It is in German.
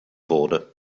wurde